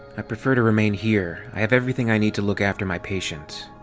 i prefer to remain here. i have everything i need to look after my patient.